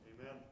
Amen